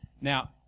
Now